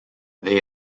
they